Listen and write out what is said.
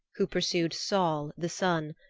who pursued sol, the sun,